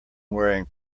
wearing